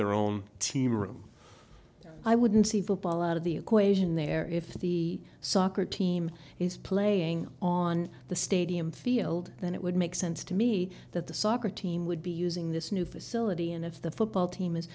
their own team room i wouldn't see football out of the equation there if the soccer team is playing on the stadium field then it would make sense to me that the soccer team would be using this new facility and if the football team is